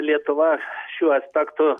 lietuva šiuo aspektu